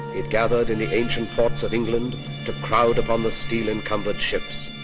it gathered in the ancient ports of england to crowd upon the steel encumbered ships.